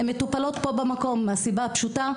הן מטופלות פה במקום מהסיבה הפשוטה,